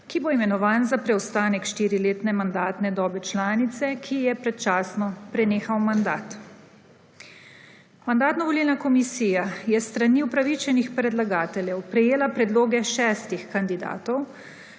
ki bo imenovan za preostanek štiriletne mandatne dobe članice, ki ji je predčasno prenehal mandat. Mandatno-volilna komisija je s strani upravičenih predlagateljev prejela predloge šestih kandidatov,